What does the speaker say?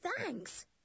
thanks